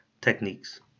techniques